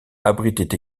abritait